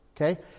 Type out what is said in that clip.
Okay